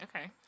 Okay